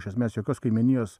iš esmės jokios kaimynijos